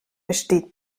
besteht